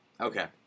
Okay